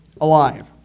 alive